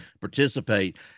participate